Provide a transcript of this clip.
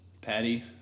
Patty